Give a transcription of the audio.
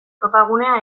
topagunea